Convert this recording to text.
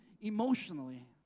emotionally